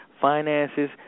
finances